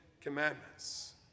Commandments